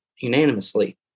unanimously